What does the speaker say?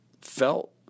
felt